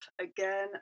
again